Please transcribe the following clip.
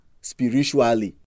spiritually